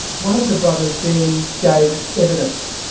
one of the brothers then gave evidence.